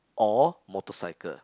or motorcycle